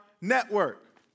network